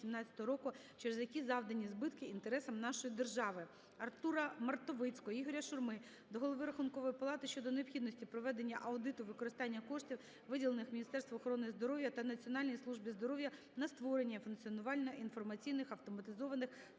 через які завдані збитки інтересам нашої держави. АртураМартовицького, Ігоря Шурми до Голови Рахункової палати щодо необхідності проведення аудиту використання коштів, виділених Міністерству охорони здоров'я та Національній службі здоров'я на створення і функціонування інформаційних (автоматизованих)